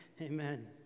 Amen